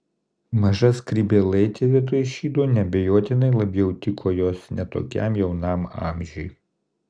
maža skrybėlaitė vietoj šydo neabejotinai labiau tiko jos ne tokiam jaunam amžiui